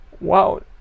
Wow